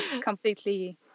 completely